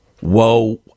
whoa